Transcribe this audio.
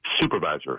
supervisor